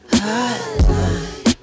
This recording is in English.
hotline